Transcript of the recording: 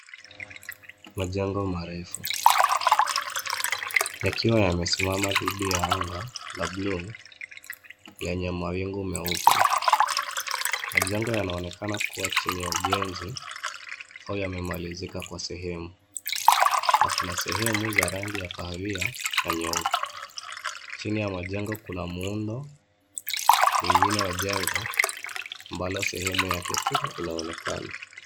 Majengo marefu yakiwa yamesimama dhidi la anga ya blue yenye mawingu meupe. Majengo yanaonekana kuwa chini ya ujenzi au yamemalizika kwa sehemu na kuna sehemu za rangi ya kahawia na nyeupe. Chini ya majengo kuna muundo mwingine wa jengo ambalo sehemu yake tu inaonekana.